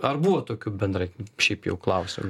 ar buvo tokių bendrai šiaip jau klausiant